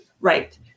right